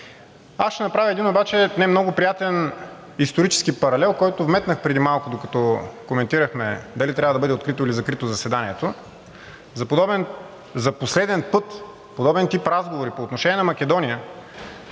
Аз ще направя един обаче не много приятен исторически паралел, който вметнах преди малко, докато коментирахме дали трябва да бъде открито, или закрито заседанието. За последен път подобен тип разговори по отношение на Македония,